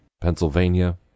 Pennsylvania